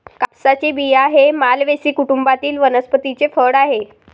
कापसाचे बिया हे मालवेसी कुटुंबातील वनस्पतीचे फळ आहे